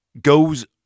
goes